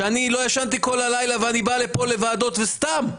שאני לא ישנתי כל הלילה ואני בא לפה לוועדות - וסתם.